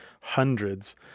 hundreds